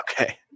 Okay